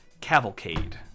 Cavalcade